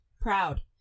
proud